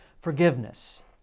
forgiveness